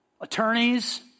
attorneys